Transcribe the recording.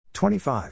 25